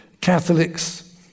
Catholics